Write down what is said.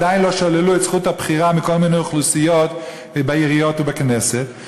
עדיין לא שללו את זכות הבחירה לעיריות ולכנסת מכל מיני אוכלוסיות.